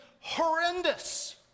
horrendous